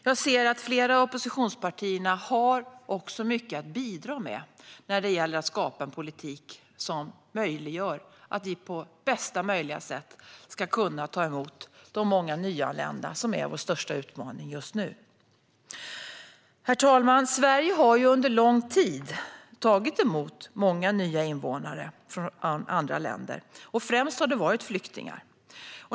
Jag ser att flera av oppositionspartierna har mycket att bidra med för att skapa en politik som möjliggör att vi på bästa sätt kan ta emot de många nyanlända, vilket är vår största utmaning just nu. Herr talman! Sverige har under lång tid tagit emot många nya invånare från andra länder. Främst har det varit flyktingar.